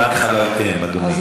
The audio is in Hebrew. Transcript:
לגבי בנק חלב אם, אדוני.